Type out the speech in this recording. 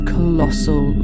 Colossal